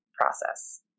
process